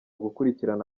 gukurikirana